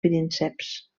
prínceps